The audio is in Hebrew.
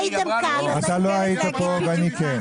אתה לא היית פה ואני כן.